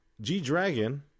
G-Dragon